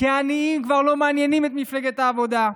כי העניים כבר לא מעניינים את מפלגת העבודה.